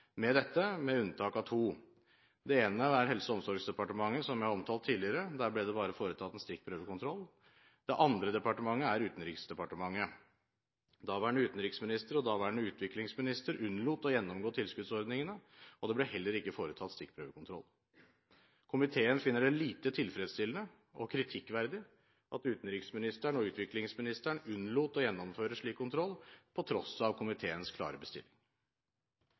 med dette, med unntak av to. Det ene er Helse- og omsorgsdepartementet, som jeg har omtalt tidligere. Der ble det bare foretatt en stikkprøvekontroll. Det andre departementet er Utenriksdepartementet. Daværende utenriksminister og daværende utviklingsminister unnlot å gjennomgå tilskuddsordningene, og det ble heller ikke foretatt stikkprøvekontroll. Komiteen finner det lite tilfredsstillende, og kritikkverdig, at utenriksministeren og utviklingsministeren unnlot å gjennomføre slik kontroll på tross av komiteens klare bestilling.